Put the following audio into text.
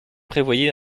prévoyez